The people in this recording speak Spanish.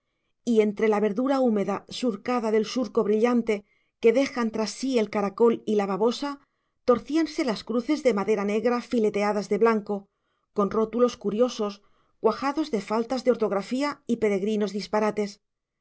y entre la verdura húmeda surcada del surco brillante que dejan tras sí el caracol y la babosa torcíanse las cruces de madera negra fileteadas de blanco con rótulos curiosos cuajados de faltas de ortografía y peregrinos disparates